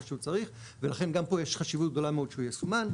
שצריך ולכן גם פה יש חשיבות גדולה מאוד שהוא יסומן.